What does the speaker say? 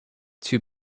too